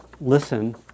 Listen